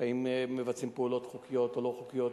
האם מבצעים פעולות חוקיות או לא חוקיות.